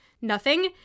Nothing